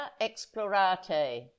explorate